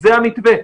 זה המתווה.